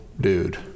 dude